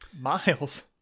Miles